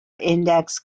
index